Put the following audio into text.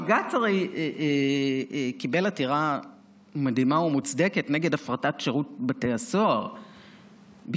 בג"ץ הרי קיבל עתירה מדהימה ומוצדקת נגד הפרטת שירות בתי הסוהר בשעתו,